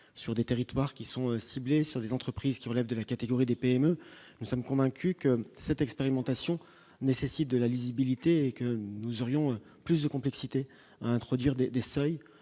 sur des territoires qui sont ciblées sur les entreprises qui relèvent de la catégorie des PME, nous sommes convaincus que cette expérimentation nécessite de la lisibilité et que nous aurions plus de complexité à introduire des seuils